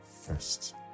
first